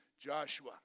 Joshua